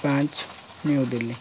ପାଞ୍ଚ ନ୍ୟୁଦିଲ୍ଲୀ